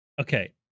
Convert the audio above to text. Okay